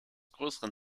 größeren